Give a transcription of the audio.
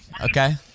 Okay